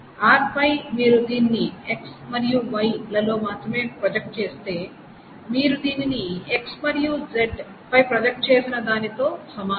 R పై మీరు దీన్ని X మరియు Y లలో మాత్రమే ప్రొజెక్ట్ చేస్తే మీరు దీనిని X మరియు Z పై ప్రొజెక్ట్ చేసిన దానితో సమానం